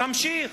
תמשיך.